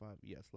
Yes